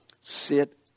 sit